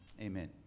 amen